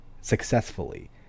successfully